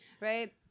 Right